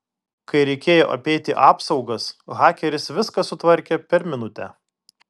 kai reikėjo apeiti apsaugas hakeris viską sutvarkė per minutę